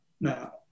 now